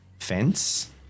fence